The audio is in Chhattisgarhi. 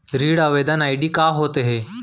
ऋण आवेदन आई.डी का होत हे?